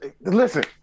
Listen